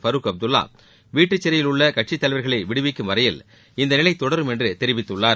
பருக் அப்துல்வா வீட்டுச் சிறையில் உள்ள கட்சித் தலைவர்களை விடுவிக்கும் வரையில் இந்தநிலை தொடரும் என்று தெரிவித்துள்ளார்